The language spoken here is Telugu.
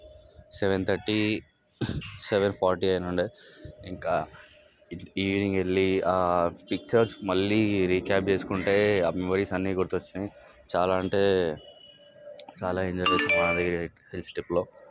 సెవెన్ థర్టీ సెవెన్ ఫార్టీ అయినుండే ఇంకా ఈవినింగ్ వెళ్ళి పిక్చర్స్ మళ్ళీ రీక్యాప్ చేస్కుంటే ఆ మెమొరీస్ అన్ని గుర్తు వచ్చినాయి చాలా అంటే చాలా ఎంజాయ్ చేశాము ఈ ట్రిప్లో